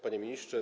Panie Ministrze!